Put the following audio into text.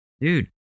Dude